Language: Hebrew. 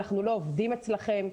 "אנחנו לא עובדים אצלכם".